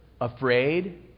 afraid